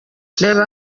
reba